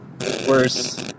worse